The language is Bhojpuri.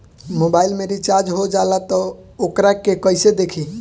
मोबाइल में रिचार्ज हो जाला त वोकरा के कइसे देखी?